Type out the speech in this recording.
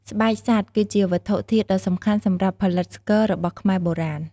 ស្បែកសត្វ គឺជាវត្ថុធាតុដ៏សំខាន់សម្រាប់ផលិតស្គររបស់ខ្មែរបុរាណ។